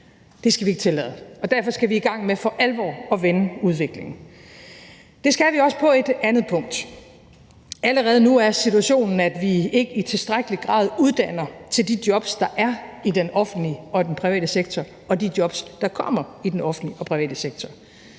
Det skal vi ikke tillade, og derfor skal vi i gang med for alvor at vende udviklingen. Kl. 09:12 Det skal vi også på et andet punkt. Allerede nu er situationen, at vi ikke i tilstrækkelig grad uddanner til de job, der er i den offentlige og i den private sektor, og de jobs, der kommer i den offentlige og private sektor.